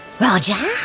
Roger